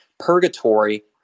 purgatory